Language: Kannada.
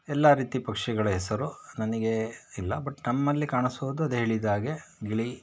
ಎಲ್ಲ ರೀತಿ ಪಕ್ಷಿಗಳ ಹೆಸರು ನನಗೆ ಇಲ್ಲ ಬಟ್ ನಮ್ಮಲ್ಲಿ ಕಾಣಿಸುವುದು ಅದು ಹೇಳಿದಾಗೆ ಗಿಳಿ